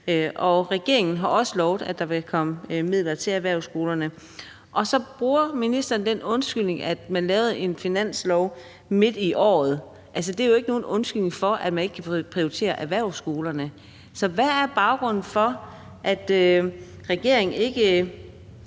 og regeringen har også lovet, at der vil komme midler til erhvervsskolerne. Så bruger ministeren den undskyldning, at man lavede en finanslov midt i året. Altså, det er jo ikke nogen undskyldning for ikke at prioritere erhvervsskolerne. Så hvad er baggrunden for, at regeringen ikke